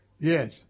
Yes